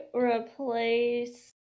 replace